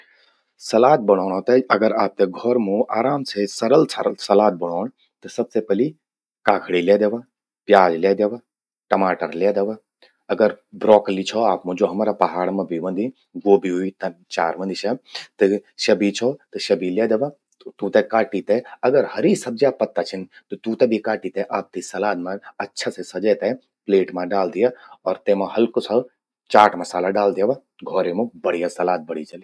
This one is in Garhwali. सलाद बणोंणों ते अगर आपते घौर मूं, आराम से सरल सलाद बणौंण, त सबसे पलि काखड़ि ल्ये द्यवा, प्याज ल्ये द्यवा, टमाटर ल्ये द्यवा। अगर आपमूं ब्रौकली छौ आप मूं, ज्वो हमरा पहाड़ मां भी व्हंदि, ग्वोभि ही चार व्हंदि स्या। त स्या भी छो त स्या भी ल्ये द्यवा। तूते काटि ते अगर हरि सब्ज्या पत्ता छिन, त तूंते भि काटि ते आप ते सलाद मां अच्छा से सजे ते प्लेट मां डाल दिया। अर तेमा हल्कू सू चाट मसाला डाल द्यावा। घौरे मूं बढ़िया सलाद बणि जलि।